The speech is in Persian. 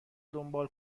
دنبال